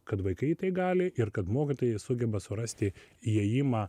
kad vaikai tai gali ir kad mokytojai sugeba surasti įėjimą